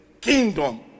kingdom